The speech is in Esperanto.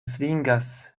svingas